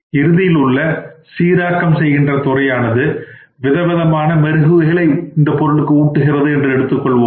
இறுதியில் உள்ள சீராக்கம் செய்கின்ற துறையானது விதவிதமான மெருகுஊட்டுகின்றது என்று எடுத்துக்கொள்வோம்